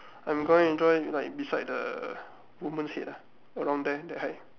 I'm going join like beside the woman's head ah around there that height